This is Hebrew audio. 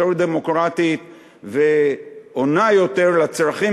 יותר דמוקרטית ועונה יותר לצרכים,